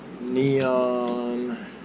neon